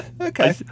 Okay